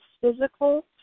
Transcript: physical